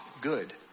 good